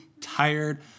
tired